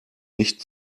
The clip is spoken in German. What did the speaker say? nicht